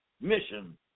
mission